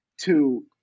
to-